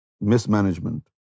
mismanagement